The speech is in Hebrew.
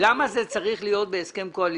- למה זה צריך להיות בהסכם קואליציוני?